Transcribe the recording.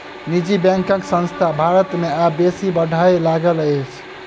निजी बैंकक संख्या भारत मे आब बेसी बढ़य लागल अछि